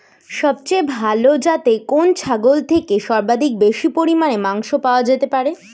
সবচেয়ে ভালো যাতে কোন ছাগল থেকে সর্বাধিক বেশি পরিমাণে মাংস পাওয়া যেতে পারে?